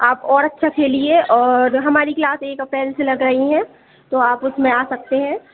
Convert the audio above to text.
आप और अच्छा खेलिए और हमारी क्लास एक अप्रैल से लग रही है तो आप उसमें आ सकते हैं